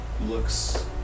looks